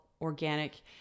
organic